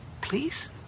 please